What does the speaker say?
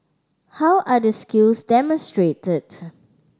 how are the skills demonstrated